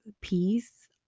peace